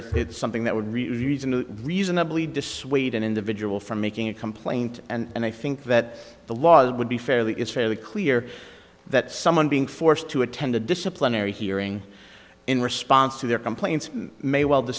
whether it's something that would reasonably dissuade an individual from making a complaint and i think that the laws would be fairly it's fairly clear that someone being forced to attend a disciplinary hearing in response to their complaints may well the